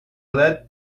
led